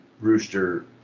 rooster